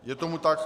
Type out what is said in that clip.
je tomu tak.